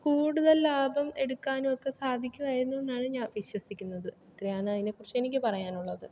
കൂടുതൽ ലാഭം എടുക്കാനും ഒക്കെ സാധിക്കുമായിരുന്നതാണ് ഞാൻ വിശ്വസിക്കുന്നത് ഇത്രയാണ് അതിനെക്കുറിച്ച് എനിക്കു പറയാനുള്ളത്